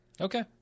Okay